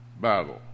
battle